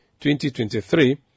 2023